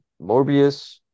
Morbius